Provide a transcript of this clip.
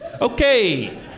Okay